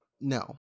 No